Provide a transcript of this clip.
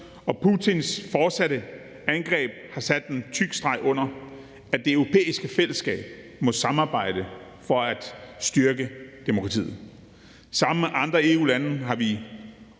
og Putins fortsatte angreb har sat en tyk streg under, at det europæiske fællesskab må samarbejde for at styrke demokratiet. Sammen med andre EU-lande har vi